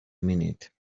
minute